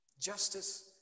justice